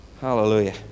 Hallelujah